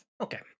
Okay